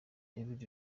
david